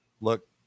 look